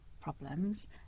problems